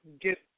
get